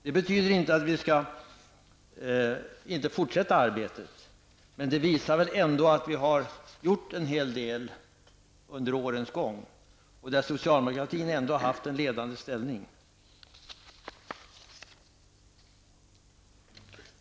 Det betyder inte att vi inte skall fortsätta arbetet, men det visar väl ändå att vi har gjort en hel del under årens gång och att socialdemokratin har haft en ledande ställning.